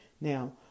now